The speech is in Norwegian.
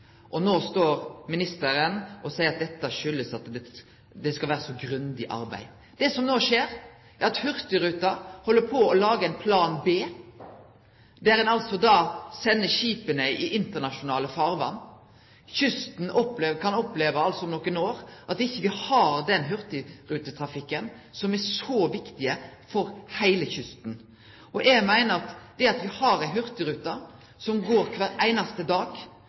Og no står ministeren og seier at dette kjem av at det skal vere så grundig arbeid. Det som no skjer, er at Hurtigruten held på å lage ein plan B, der ein altså da sender skipa i internasjonale farvatn. Kysten kan altså om nokre år oppleve at ein ikkje har den hurtigrutetrafikken som er så viktig for heile kysten. Eg meiner at det at me har ei hurtigrute som går kvar einaste dag,